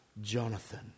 Jonathan